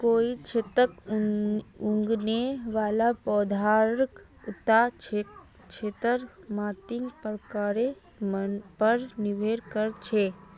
कोई क्षेत्रत उगने वाला पौधार उता क्षेत्रेर मातीर प्रकारेर पर निर्भर कर छेक